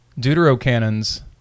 Deuterocanon's